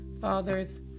fathers